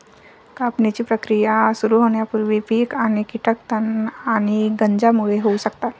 कापणीची प्रक्रिया सुरू होण्यापूर्वी पीक आणि कीटक तण आणि गंजांमुळे होऊ शकतात